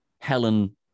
Helen